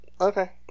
Okay